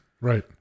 right